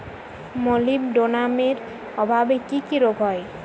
মলিবডোনামের অভাবে কি কি রোগ হয়?